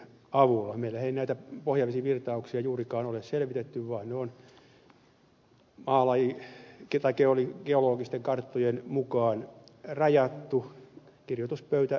meillähän ei näitä pohjavesivirtauksia juurikaan ole selvitetty vaan ne on geologisten karttojen mukaan rajattu kirjoituspöytätöinä